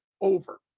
over